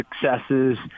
successes